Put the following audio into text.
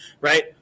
Right